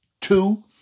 Two